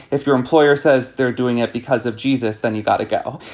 if your employer says they're doing it because of jesus, then you got to go.